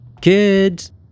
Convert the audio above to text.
Kids